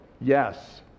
Yes